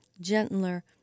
gentler